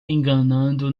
enganando